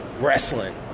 wrestling